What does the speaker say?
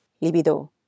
Libido